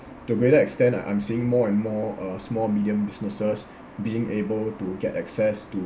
to greater extent uh I'm seeing more and more uh small medium businesses being able to get access to